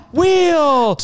wheel